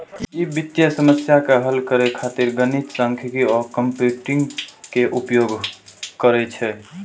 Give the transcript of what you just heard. ई वित्तीय समस्या के हल करै खातिर गणित, सांख्यिकी आ कंप्यूटिंग के उपयोग करै छै